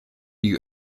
you